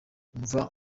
umva